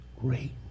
great